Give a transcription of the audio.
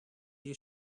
you